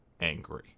angry